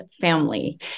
family